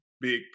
big